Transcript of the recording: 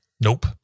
Nope